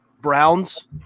Browns